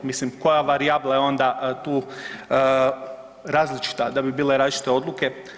Mislim koja varijabla je onda tu različita da bi bile različite odluke.